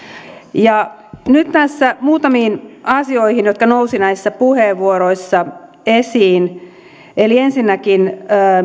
nyt muutamiin asioihin jotka nousivat näissä puheenvuoroissa esiin ensinnäkin